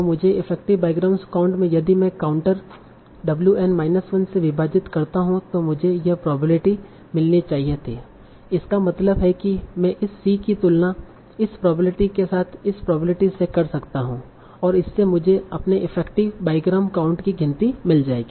तों effective bigram count में यदि मैं काउंटर w n माइनस 1 से विभाजित करता हूं तो मुझे यह प्रोबाबिलिटी मिलनी चाहिए थी इसका मतलब है कि मैं इस c की तुलना इस प्रोबबिलिटी के साथ इस प्रोबेबिलिटी से कर सकता हूं और इससे मुझे अपने इफेक्टिव बाईग्राम काउंट की गिनती मिल जाएगी